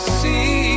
see